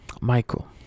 Michael